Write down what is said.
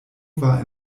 war